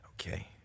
Okay